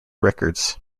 records